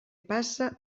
passa